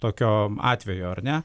tokio atvejo ar ne